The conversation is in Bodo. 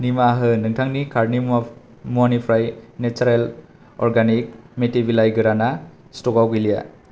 निमाहा हो नोंथांनि कार्टनि मुवानिफ्राय नेचारलेन्ड अर्गेनिक्स मेथि बिलाइ गोरानआ स्टकआव गैलिया